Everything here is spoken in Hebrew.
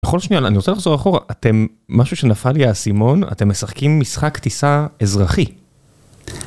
רוח סתיו אל החלון הביאה חזיונות, של חמאת בוטנים ושל פלאפל